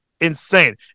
Insane